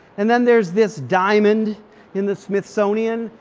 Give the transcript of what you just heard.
and then there's this diamond in the smithsonian.